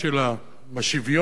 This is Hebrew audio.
בשוויון שבתוכה,